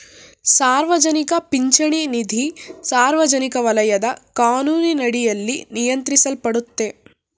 ಸಾರ್ವಜನಿಕ ಪಿಂಚಣಿ ನಿಧಿ ಸಾರ್ವಜನಿಕ ವಲಯದ ಕಾನೂನಿನಡಿಯಲ್ಲಿ ನಿಯಂತ್ರಿಸಲ್ಪಡುತ್ತೆ